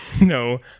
No